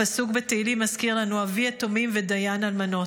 הפסוק בתהילים מזכיר לנו: "אבי יתומים ודיַן אלמנות.